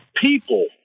people